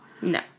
no